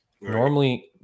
Normally